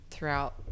throughout